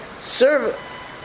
serve